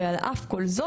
ועל אף כל זאת,